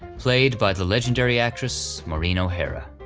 played by the legendary actress maureen o'hara.